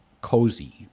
cozy